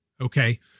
Okay